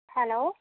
hello